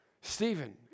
Stephen